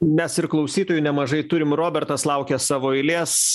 mes ir klausytojų nemažai turim robertas laukia savo eilės